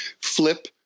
flip